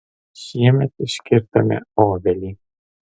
šiemet iškirtome obelį